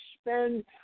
spend